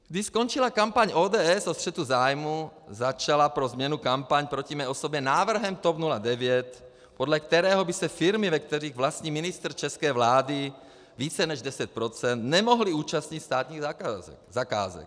Když skončila kampaň ODS o střetu zájmů, začala pro změnu kampaň proti mé osobě návrhem TOP 09, podle kterého by se firmy, ve kterých vlastní ministr české vlády více než 10 %, nemohly účastnit státních zakázek.